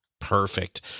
Perfect